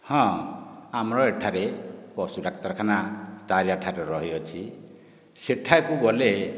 ହଁ ଆମର ଏଠାରେ ପଶୁ ଡାକ୍ତରଖାନା ତାରିଆ ଠାରେ ରହିଅଛି ସେଠାକୁ ଗଲେ